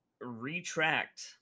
retract